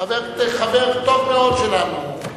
חבר טוב מאוד שלנו.